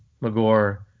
Magor